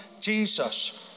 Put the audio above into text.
Jesus